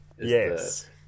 yes